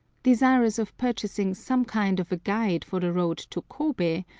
desirous of purchasing some kind of a guide for the road to kobe,